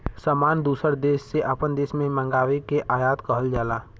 सामान दूसर देस से आपन देश मे मंगाए के आयात कहल जाला